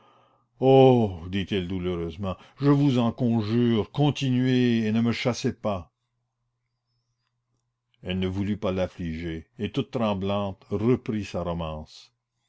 oh dit-il douloureusement je vous en conjure continuez et ne me chassez pas elle ne voulut pas l'affliger et toute tremblante reprit sa romance